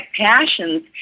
passions